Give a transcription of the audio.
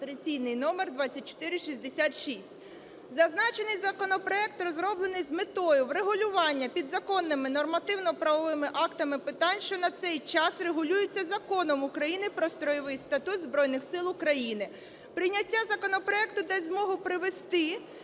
(реєстраційний номер 2466). Зазначений законопроект розроблений з метою врегулювання підзаконними нормативно-правовими актами питань, що на цей час регулюються Законом України "Про Стройовий статут Збройних Сил України". Прийняття законопроекту дасть змогу привести